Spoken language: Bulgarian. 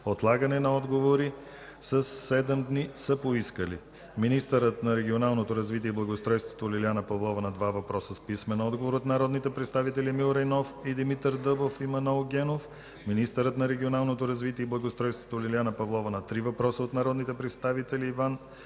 отлагане на отговори със седем дни са поискали: - министърът на регионалното развитие и благоустройството Лиляна Павлова – на два въпроса с писмен отговор от народните представители Емил Райнов, и Димитър Дъбов и Манол Генов; - министърът на регионалното развитие и благоустройството Лиляна Павлова – на три въпроса от народните представители Иван